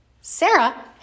Sarah